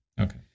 Okay